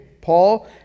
paul